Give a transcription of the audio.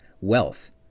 wealth